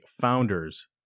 founders